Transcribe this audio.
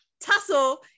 tussle